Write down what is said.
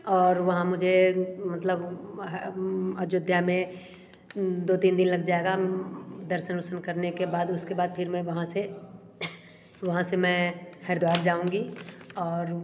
और वहाँ मुझे मतलब अयोध्या में दो तीन दिन लग जाएगा हम्म दर्शन वर्शन करने के बाद उसके बाद फिर मैं वहाँ से में वहाँ से में हरिद्वार जाऊँगी और